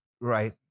Right